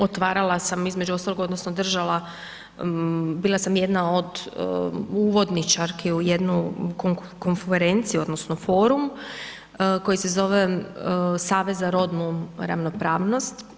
Otvarala sam između ostalog odnosno držala, bila sam jedna od uvodničarki na jednoj konferenciji odnosno forumu koji se zove „Savez za rodnu ravnopravnost“